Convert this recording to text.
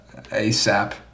ASAP